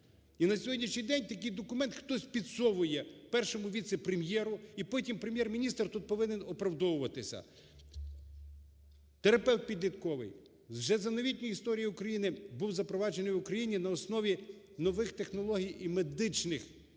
І на сьогоднішній день такий документ хтось підсовує Першому віце-прем'єру, і потім Прем'єр-міністр повинен тут оправдовуватися! Терапевт підлітковий вже за новітньої історії України був запроваджений в Україні на основі нових технологій і медичних